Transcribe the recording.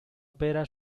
opera